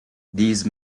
these